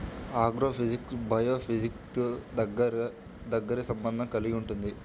agrophysics బయోఫిజిక్స్తో దగ్గరి సంబంధం కలిగి ఉంటుంది